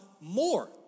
more